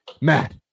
Matt